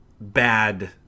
bad